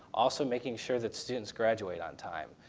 also making sure that students graduate on time.